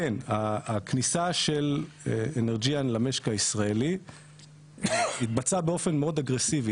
הכניסה של אנרג'יאן למשק הישראלי התבצעה באופן מאוד אגרסיבי.